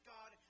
God